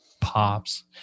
pops